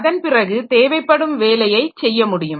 அதன்பிறகு தேவைப்படும் வேலையை செய்ய முடியும்